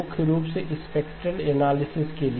मुख्य रूप से स्पेक्ट्रेल एनालिसिस के लिए